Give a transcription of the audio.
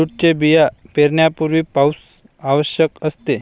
जूटचे बिया पेरण्यापूर्वी पाऊस आवश्यक असते